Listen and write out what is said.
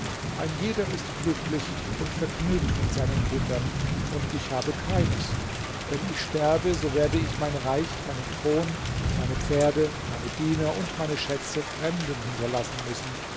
ein jeder ist glücklich und vergnügt mit seinen kindern und ich habe keines wenn ich sterbe so werde ich mein reich meinen thron meine pferde meine diener und meine schätze fremden hinterlassen müssen